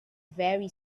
very